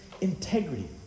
integrity